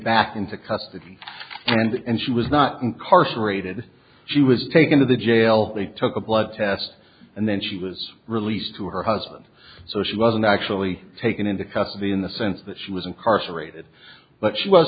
back into custody and she was not incarcerated she was taken to the jail they took a blood test and then she was released to her husband so she wasn't actually taken into custody in the sense that she was incarcerated but she was